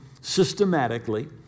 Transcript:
systematically